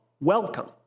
welcome